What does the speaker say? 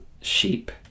sheep